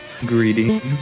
Greetings